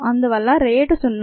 అందువల్ల రేటు సున్నా